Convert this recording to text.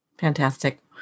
Fantastic